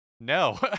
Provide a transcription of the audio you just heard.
No